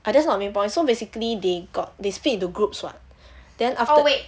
!aiya! that's not the main point so basically they got this they split into groups [what] then afterwards